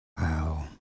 wow